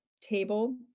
table